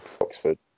Oxford